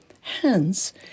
Hence